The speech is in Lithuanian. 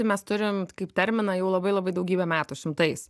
mes turim kaip terminą jau labai labai daugybę metų šimtais